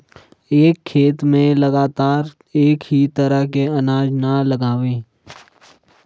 एक खेत में लगातार एक ही तरह के अनाज न लगावें